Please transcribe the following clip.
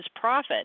profit